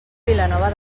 vilanova